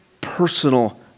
personal